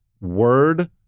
word